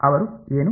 ಅವರು ಏನು